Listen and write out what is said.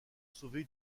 sauver